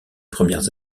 premières